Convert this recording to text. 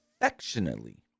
affectionately